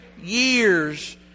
years